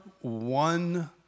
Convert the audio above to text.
one